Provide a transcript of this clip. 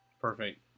Perfect